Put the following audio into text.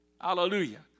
Hallelujah